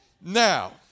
Now